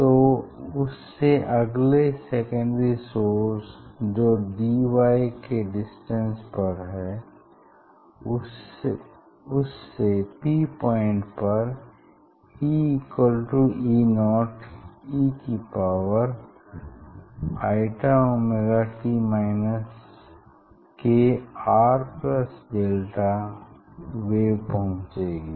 तो उससे अगले सेकेंडरी सोर्स जो dy के डिस्टेंस पर है उससे P पॉइंट पर EE0 e की power i ωt kRδ wave पहुंचेगी